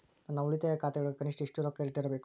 ನನ್ನ ಉಳಿತಾಯ ಖಾತೆಯೊಳಗ ಕನಿಷ್ಟ ಎಷ್ಟು ರೊಕ್ಕ ಇಟ್ಟಿರಬೇಕು?